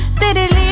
that it?